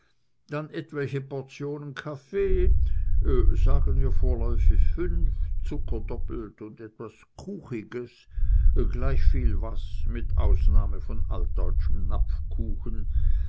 dann etwelche portionen kaffee sagen wir vorläufig fünf zucker doppelt und etwas kuchiges gleichviel was mit ausnahme von altdeutschem